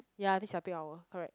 ya this peak hour correct